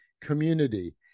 community